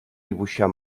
dibuixar